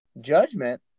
judgment